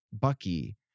bucky